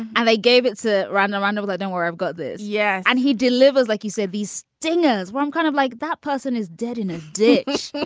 and they gave it to random round of knowing like and where i've got this. yeah. and he delivers, like he said, these dinners where i'm kind of like that person is dead in a ditch.